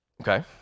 Okay